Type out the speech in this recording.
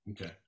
Okay